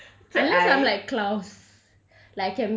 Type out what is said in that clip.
ya macam I